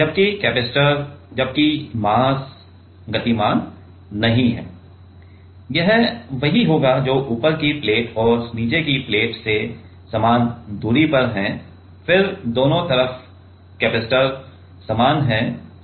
जबकि कपैसिटर जबकि मास गतिमान नहीं है यह वही होगा जो ऊपर की प्लेट और नीचे की प्लेट से समान दूरी पर है फिर दोनों तरफ कैपेसिटर समान हैं